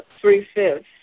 three-fifths